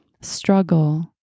struggle